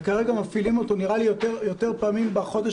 וכרגע מפעילים אותו יותר פעמים בחודש